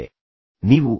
ಯಾವುದೇ ರೀತಿಯಲ್ಲಿ ಆಗಬಹುದು